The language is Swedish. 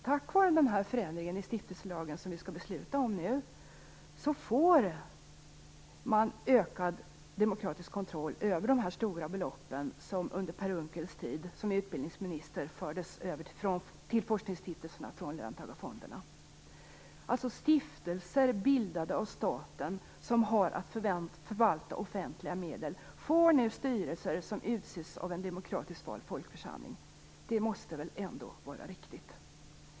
Tack vare förändringen i stiftelselagen, som vi nu skall besluta om, blir det en ökad demokratisk kontroll över de stora belopp som under Per Unckels tid som utrikesminister fördes över till forskningsstiftelserna från löntagarfonderna. Stiftelser bildade av staten, som har att förvalta offentliga medel, får nu styrelser som utses av en demokratiskt vald folkförsamling. Detta måste väl ändå vara riktigt.